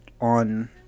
on